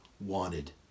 wanted